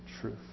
truth